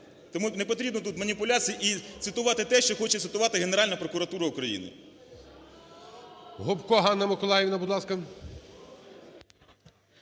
Тому не потрібно тут маніпуляцій і цитувати те, що хоче цитувати Генеральна прокуратура України.